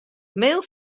mail